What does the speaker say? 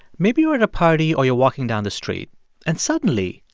maybe you're at a party or you're walking down the street and suddenly,